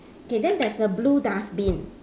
K then there's a blue dustbin